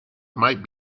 might